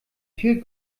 viel